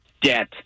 debt